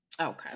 Okay